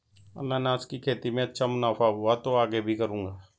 अनन्नास की खेती में अच्छा मुनाफा हुआ तो आगे भी करूंगा